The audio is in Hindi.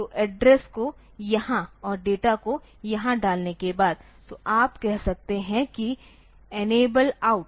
तो एड्रेस को यहाँ और डेटा को यहाँ डालने के बाद तो आप कह सकते हैं कि इनेबल आउट